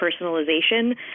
personalization